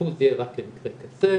שהאשפוז יהיה רק אמצעי קצה,